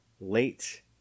late